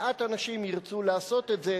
מעט אנשים ירצו לעשות את זה,